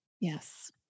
Yes